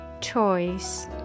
Choice